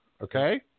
Okay